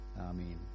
Amen